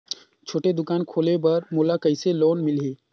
छोटे दुकान खोले बर मोला कइसे लोन मिलही?